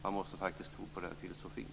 Man måste faktiskt tro på den filosofin.